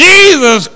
Jesus